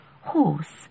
horse